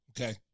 Okay